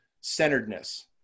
centeredness